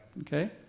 Okay